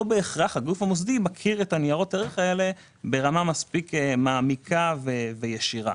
בהכרח הגוף המוסדי מכיר את ניירות הערך האלה ברמה מספיק מעמיקה וישירה.